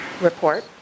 report